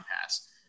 pass